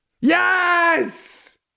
Yes